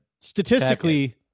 Statistically